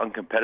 uncompetitive